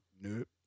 Nope